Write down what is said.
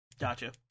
Gotcha